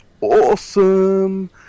awesome